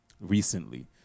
recently